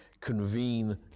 convene